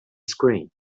screen